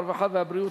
הרווחה והבריאות,